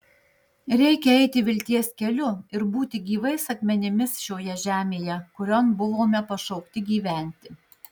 reikia eiti vilties keliu ir būti gyvais akmenimis šioje žemėje kurion buvome pašaukti gyventi